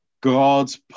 God's